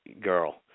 girl